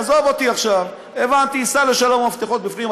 עזוב אותי עכשיו, הבנתי, סע לשלום, המפתחות בפנים.